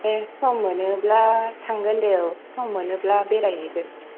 दे सम मोनोब्ला थांगोन दे औ सम मोनोब्ला बेराय हैगोन